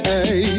Hey